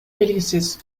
белгисиз